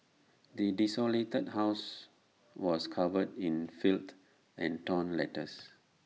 the desolated house was covered in filth and torn letters